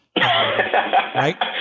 Right